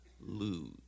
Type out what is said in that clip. lose